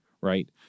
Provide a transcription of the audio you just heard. right